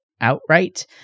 outright